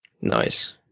Nice